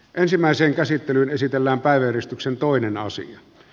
ensimmäiseen liittyy myös tämän tuen piiriin